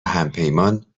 همپیمان